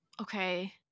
Okay